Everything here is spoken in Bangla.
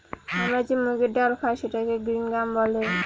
আমরা যে মুগের ডাল খায় সেটাকে গ্রিন গ্রাম বলে